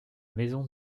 maison